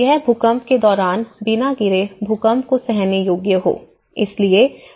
तो यह भूकंप के दौरान बिना गिरे भूकंप को सहने योग्य हो